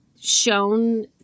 shown